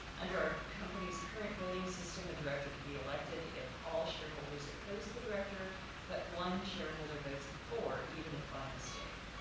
under our company's current voting system a director can be elected if all shareholders oppose the director but one shareholder votes for, even if by mistake.